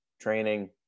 training